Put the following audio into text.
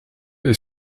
est